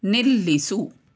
ನಿಲ್ಲಿಸು